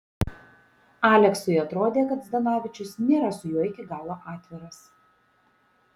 aleksui atrodė kad zdanavičius nėra su juo iki galo atviras